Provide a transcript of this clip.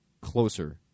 closer